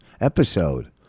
episode